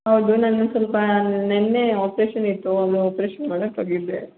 ಹೌದು ನನ್ಗೆ ಸ್ವಲ್ಪ ನೆನ್ನೆ ಆಪ್ರೇಷನ್ ಇತ್ತು ಆಪ್ರೇಷನ್ ಮಾಡೋಕ್ ಹೋಗಿದ್ದೆ